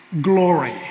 glory